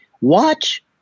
Watch